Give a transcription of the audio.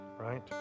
right